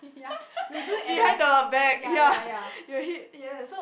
behind the back ya you will hit yes